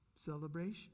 Celebration